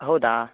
ಹೌದಾ